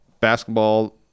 basketball